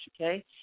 okay